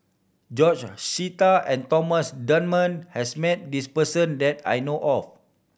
George Sita and Thomas Dunman has met this person that I know of